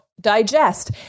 digest